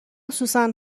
سوسن